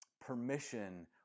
permission